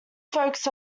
folks